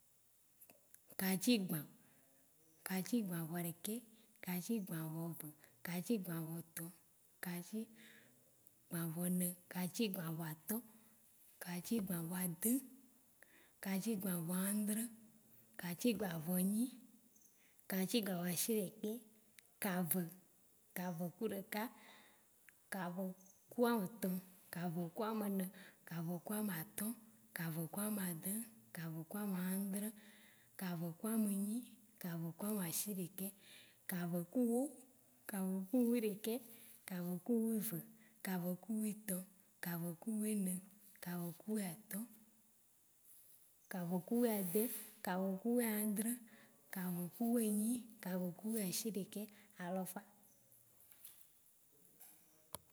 . katsi gba. Katsi gbaveɖekɛ, katsi gbaveve, katsi gbavetɔ, katsi gbaveve, katsi gbaveatɔ̃, katsi gbaveve adẽ, katsi gbaveãdrẽ, katsi gbave nyi, katsi gbaveashiɖekɛ, kave. Kave ku ɖeka, kave ku ame tɔ, kave ku amene, kave ku amatɔ̃, kave ku amadẽ, kave ku amãdrẽ, kave ku ame nyi, kave ku amadshiɖeke, kave ku wó, kave ku wiɖekɛ, kave ku wive, kave ku witɔ, kave ku wine, kave ku wiatɔ̃, kave ku wiadẽ, kave ku ãdrẽ, kave ku wienyi, kave ku wiashiɖekɛ, alɔfa.